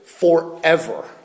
Forever